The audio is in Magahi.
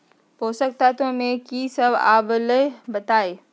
पोषक तत्व म की सब आबलई बताई?